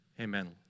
amen